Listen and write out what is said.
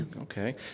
okay